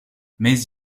mais